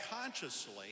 consciously